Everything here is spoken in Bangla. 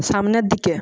সামনের দিকে